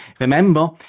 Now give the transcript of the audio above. Remember